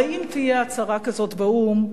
הרי אם תהיה הצהרה כזאת באו"ם,